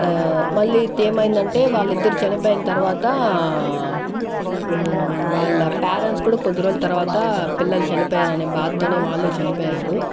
మళ్ళీ ఏమైందంటే వాళ్ళిద్దరూ చనిపోయిన తర్వాత వాళ్ళ పేరెంట్స్ కూడా కొద్ది రోజులు తర్వాత పిల్లలు చనిపోయారనే బాధతోనే వాళ్ళు చనిపోయారు